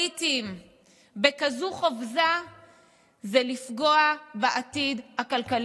שאמרה סוכנות מודי'ס: זה בכלל סריטה קטנה